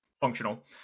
functional